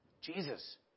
Jesus